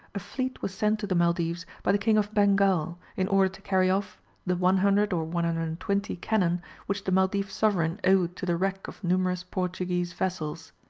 a fleet was sent to the maldives by the king of bengal, in order to carry off the one hundred or one hundred and twenty cannon which the maldive sovereign owed to the wreck of numerous portuguese vessels.